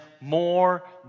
more